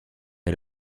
est